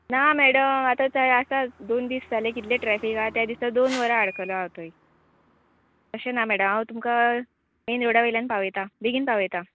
ना मॅडम आतां थंय आसा दोन दीस जालें कितले ट्रॅफीक आहा त्या दिसा दोन वरां हाडकला हांव थंय अशें ना मॅडम हांव तुमकां मेन रोडा वयल्यान पावयता बेगीन पावयता